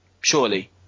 Surely